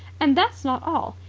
and that's not all.